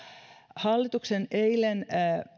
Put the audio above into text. hallituksen eilen